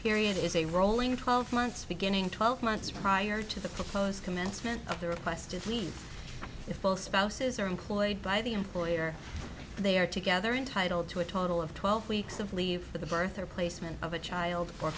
period is a rolling twelve months beginning twelve months prior to the proposed commencement of the request to leave if both spouses are employed by the employer they are together entitle to a total of twelve weeks of leave for the birth or placement of a child for